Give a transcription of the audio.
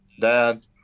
dad